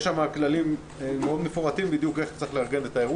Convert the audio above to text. יש שם כללים מפורטים מאוד איך בדיוק צריך לארגן את האירוע.